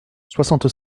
soixante